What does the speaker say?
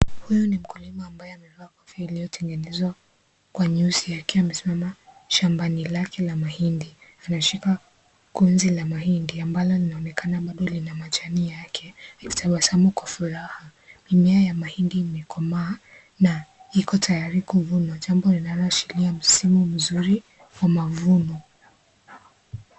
Huyu ni mkulima ambaye amevaa kofia iliyotengenezwa kwa nyeusi akiwa amesimama shambani lake la mahindi anashika kunzi la mahindi ambalo linaonekana bado lina majani yake, akitabasamu kwa furaha, mimea ya mahindi imekomaa na iko tayari kuvunwa, jambo linaloashiria msimu mzuri wa mavuno.